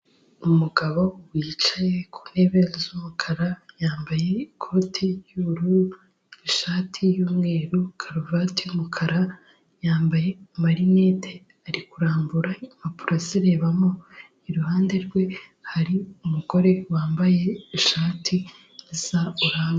Umugabo wicaye ku ntebe z'umukara yambaye ikoti ry'ubururu, ishati y'umweru, karuvati y'umukara, yambaye amarinete ari kurambura impapuro azirebamo, iruhande rwe hari umugore wambaye isa ishati oranje.